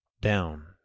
down